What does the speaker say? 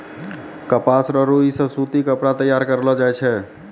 कपास रो रुई से सूती कपड़ा तैयार करलो जाय छै